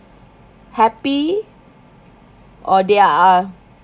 happy or they are